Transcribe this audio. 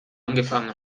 angefangen